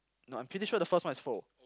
no I'm pretty sure the first one is four